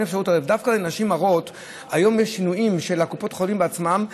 הרי דווקא בשביל נשים הרות היום יש שינויים בקופות החולים עצמן,